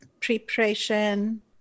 preparation